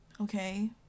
okay